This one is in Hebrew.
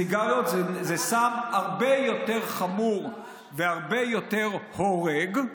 סיגריות זה סם הרבה יותר חמור והרבה יותר הורג,